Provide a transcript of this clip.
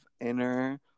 inner